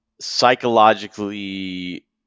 psychologically